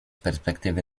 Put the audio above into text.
perspektywy